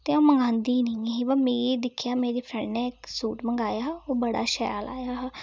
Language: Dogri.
ते आ'ऊं मागंदी ही नेईं ऐ ही ब मिगी दिक्खेआ मेरी फ्रेंड ने इक सूट मंगाया हा ओह् बड़ा शैल आया हा